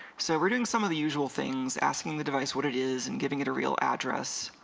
so we're doing some of the usual things asking the device what it is and giving it a real address